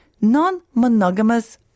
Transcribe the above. non-monogamous